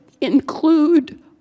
include